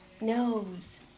nose